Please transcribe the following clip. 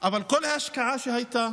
אבל כל ההשקעה שהייתה